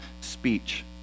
speech